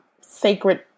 sacred